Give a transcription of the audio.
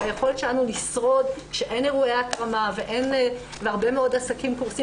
היכולת שלנו לשרוד כשאין אירועי התרמה והרבה מאוד עסקים קורסים